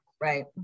right